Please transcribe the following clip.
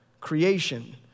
creation